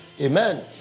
Amen